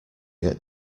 get